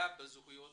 פגיעה בזכויות